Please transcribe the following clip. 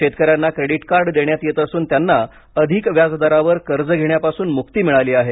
शेतकऱ्यांना credit card देण्यात येत असून त्यांना अधिक व्याजदरावर कर्ज घेण्यापासून मुक्ती मिळाली आहे